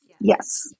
Yes